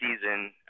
season